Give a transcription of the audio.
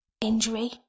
injury